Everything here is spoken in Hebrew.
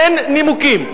אין נימוקים.